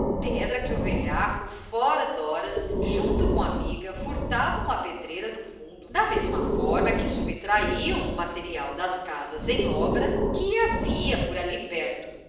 pedra que o velhaco fora de horas junto com a amiga furtavam à pedreira do fundo da mesma forma que subtraiam o material das casas em obra que havia por ali perto